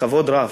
בכבוד רב.